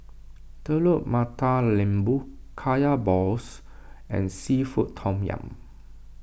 Telur Mata Lembu Kaya Balls and Seafood Tom Yum